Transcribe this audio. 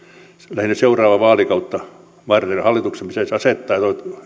lähinnä seuraavaa vaalikautta varten hallituksen pitäisi asettaa